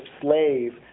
slave